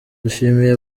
dushimiye